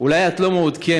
אולי את לא מעודכנת,